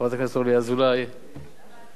חברת הכנסת אורלי אזולאי, למה אזולאי?